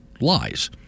lies